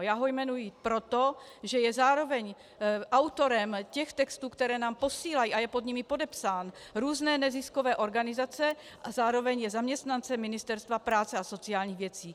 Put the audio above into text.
Já ho jmenuji, protože je zároveň autorem těch textů, které nám posílají, a je pod nimi podepsán, různé neziskové organizace, a zároveň je zaměstnancem Ministerstva práce a sociálních věcí.